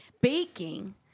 Baking